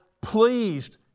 pleased